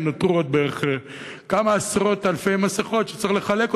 כי נותרו עוד בערך כמה עשרות אלפי מסכות שצריך לחלק,